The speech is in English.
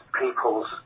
people's